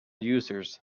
users